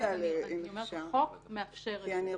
החוק מאפשר את זה.